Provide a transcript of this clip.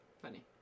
Funny